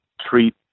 treat